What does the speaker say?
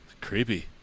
Creepy